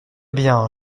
bien